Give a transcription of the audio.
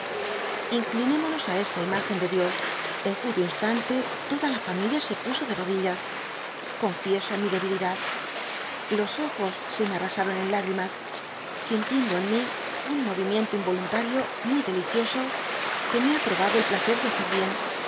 ce inclinémonos á esta imagen de dios en cuyo instante toda la familia se puso de rodillas confieso mi debilidad los ojos se me arrasaron en lágrimas sintiendo en mi un moyirniento inyolontario muy delicioso dby google que me ha probado el placer de hacer bien